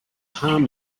harm